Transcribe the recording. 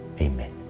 Amen